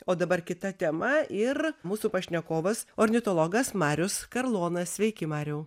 o dabar kita tema ir mūsų pašnekovas ornitologas marius karlonas sveiki mariau